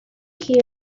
here